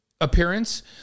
appearance